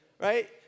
Right